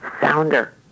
sounder